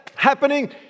happening